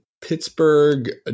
Pittsburgh